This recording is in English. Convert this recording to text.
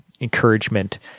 encouragement